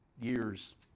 years